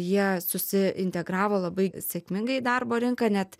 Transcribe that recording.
jie susiintegravo labai sėkmingai į darbo rinką net